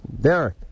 Derek